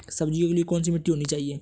सब्जियों के लिए कैसी मिट्टी होनी चाहिए?